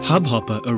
Hubhopper